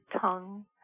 tongue